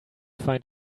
find